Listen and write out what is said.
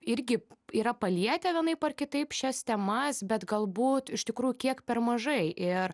irgi yra palietę vienaip ar kitaip šias temas bet galbūt iš tikrųjų kiek per mažai ir